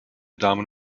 damen